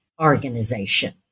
organization